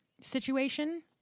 situation